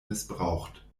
missbraucht